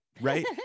right